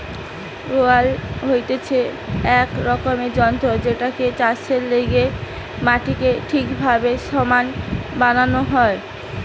roller হতিছে এক রকমের যন্ত্র জেটাতে চাষের লেগে মাটিকে ঠিকভাবে সমান বানানো হয়